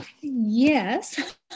Yes